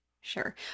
sure